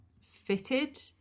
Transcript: fitted